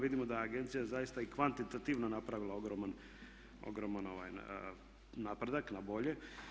Vidimo da je agencija zaista i kvantitativno napravila ogroman napredak na bolje.